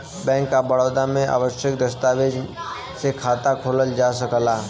bank of Baroda में आवश्यक दस्तावेज से खाता खोलल जा सकला